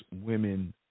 women